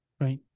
Right